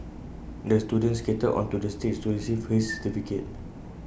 the student skated onto the stage to receive his certificate